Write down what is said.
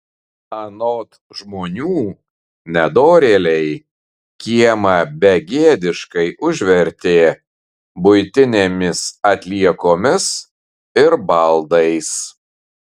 anot žmonių nedorėliai kiemą begėdiškai užvertė buitinėmis atliekomis ir baldais